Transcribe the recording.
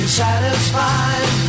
satisfied